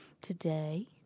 today